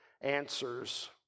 answers